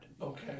Okay